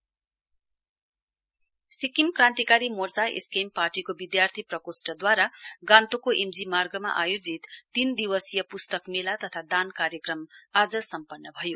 book fair Sikkim Krantikari Morcha SKM पार्टीको विद्यार्थी प्रकोस्टद्दरा गान्तोकको एम जी मार्गमा आयोजित तीन दिवसीय पुस्तक मेला तथा दान कार्यक्रम आज सम्पन्न भयो